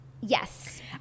Yes